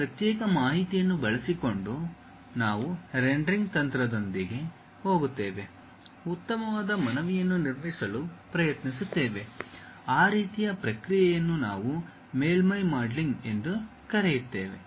ಆ ಪ್ರತ್ಯೇಕ ಮಾಹಿತಿಯನ್ನು ಬಳಸಿಕೊಂಡು ನಾವು ರೆಂಡರಿಂಗ್ ತಂತ್ರಗಳೊಂದಿಗೆ ಹೋಗುತ್ತೇವೆ ಉತ್ತಮವಾದ ಮನವಿಯನ್ನು ನಿರ್ಮಿಸಲು ಪ್ರಯತ್ನಿಸುತ್ತೇವೆ ಆ ರೀತಿಯ ಪ್ರಕ್ರಿಯೆಯನ್ನು ನಾವು ಮೇಲ್ಮೈ ಮಾಡೆಲಿಂಗ್ ಎಂದು ಕರೆಯುತ್ತೇವೆ